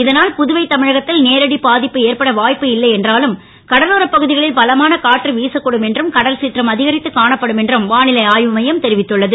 இதனால் புதுவை தமிழகத் ல் நேரடி பா ப்பு ஏற்பட வா ப்பு இல்லை என்றாலும் கடலோரப் பகு களில் பலமான காற்று வீசக்கூடும் என்றும் கடல் சிற்றம் அ கரித்து காணப்படும் என்றும் வா லை ஆ வுமையம் தெரிவித்துள்ளது